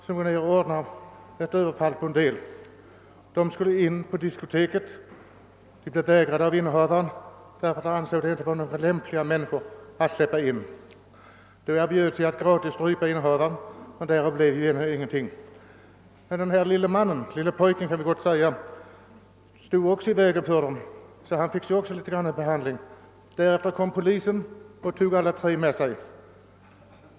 De skulle in på ett diskotek men blev av innehavaren vägrade tillträde därför att han inte ansåg det lämpligt att släppa in dem. De erbjöd sig då att strypa innehavaren, men därav blev ingenting. Den unge pojken stod emellertid i vägen för dem och togs därför under behandling. Därefter kom polisen och tog med sig alla tre i en bil.